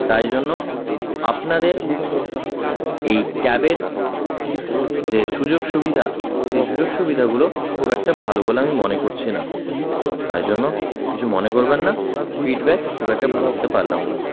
তাই জন্য আপনাদের এই ক্যাবের যে সুযোগ সুবিধা সেই সুযোগ সুবিধাগুলো খুব একটা ভালো বলে আমি মনে করছি না তাই জন্য কিছু মনে করবেন না ফিডব্যাক খুব একটা ভালো দিতে পারলাম না